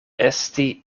esti